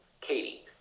Katie